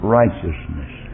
righteousness